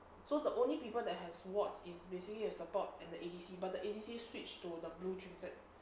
so the only people that has warts is basically a support and the A_D_C but the A_D_C switched to the blue trinket